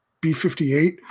B-58